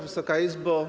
Wysoka Izbo!